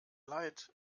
leid